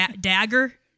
Dagger